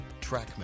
Trackman